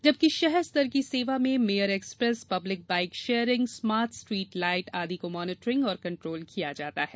जबकि शहर स्तर की सेवा में mayor express public bike sharing smart street light आदि को मॉनिट्रिंग और कंट्रोल किया जाता है